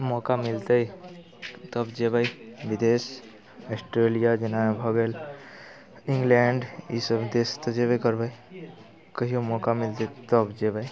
मौका मिलतै तब जेबै विदेश ऑस्ट्रेलिया जेना भऽ गेल इंग्लैंड ईसभ देश तऽ जेबे करबै कहिओ मौका मिलतै तब जेबै